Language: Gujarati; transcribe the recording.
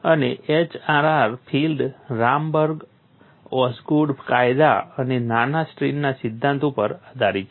અને HRR ફિલ્ડ રામબર્ગ ઓસગુડ કાયદા અને નાના સ્ટ્રેઇનના સિદ્ધાંત ઉપર આધારિત છે